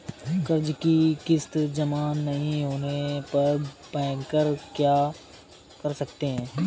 कर्ज कि किश्त जमा नहीं होने पर बैंकर क्या कर सकते हैं?